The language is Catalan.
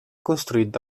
construït